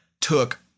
took